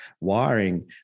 wiring